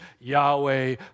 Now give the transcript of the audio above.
Yahweh